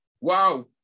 Wow